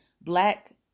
black